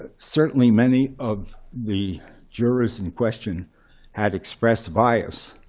ah certainly, many of the jurors in question had expressed bias.